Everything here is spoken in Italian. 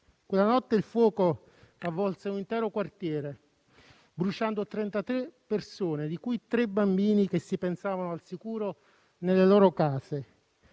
Quella notte il fuoco avvolse un intero quartiere, bruciando trentatré persone, di cui tre bambini, che si pensavano al sicuro nelle loro case.